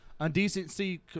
undecency